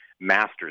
masters